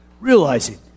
Realizing